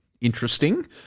interesting